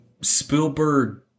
Spielberg